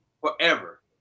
forever